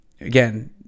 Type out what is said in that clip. again